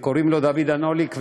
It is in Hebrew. קוראים לו דוד אנוליק,